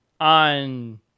On